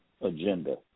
agenda